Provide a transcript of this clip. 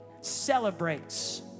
celebrates